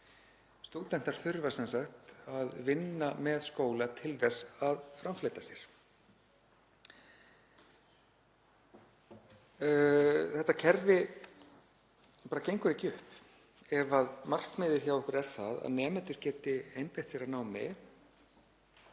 Stúdentar þurfa sem sagt að vinna með skóla til að framfleyta sér. Þetta kerfi gengur ekki upp. Ef markmiðið hjá okkur er að nemendur geti einbeitt sér að námi